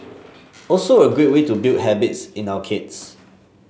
also a great way to build habits in our kids